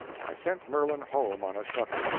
i sent merlin home on a shutter.